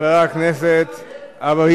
בכניסה לכנסת.